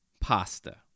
pasta